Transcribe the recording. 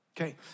Okay